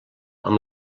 amb